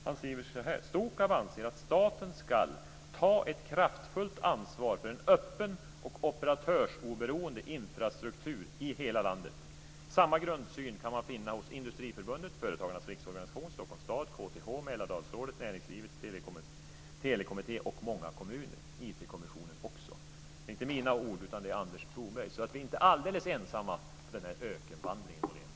Han skriver så här: "Stokab anser att staten skall ta ett kraftfullt ansvar för en öppen och operatörsoberoende IT infrastruktur i landet. Samma grundsyn kan man finna hos Industriförbundet, Företagarnas riksorganisation, Stockholm stad, KTH, Mälardalsrådet, Näringslivets telekommitté och många kommuner." Det gäller också IT-kommissionen. Det är inte mina ord, utan Anders Brobergs, så vi är inte helt ensamma på ökenvandringen, Per-Richard Molén.